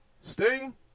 Sting